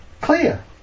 clear